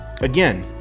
Again